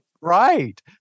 Right